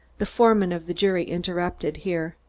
the foreman of the jury interrupted here.